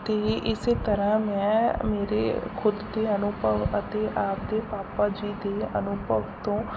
ਅਤੇ ਇਸ ਤਰ੍ਹਾਂ ਮੈਂ ਮੇਰੇ ਖੁਦ ਦੇ ਅਨੁਭਵ ਅਤੇ ਆਪਣੇ ਪਾਪਾ ਜੀ ਦੇ ਅਨੁਭਵ ਤੋਂ